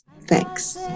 Thanks